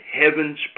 heaven's